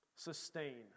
Sustain